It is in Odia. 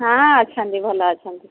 ହଁ ଅଛନ୍ତି ଭଲ ଅଛନ୍ତି